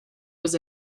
was